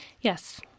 Yes